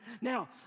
Now